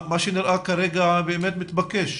מה שנראה כרגע באמת מתבקש.